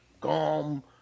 gum